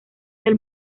del